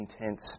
intense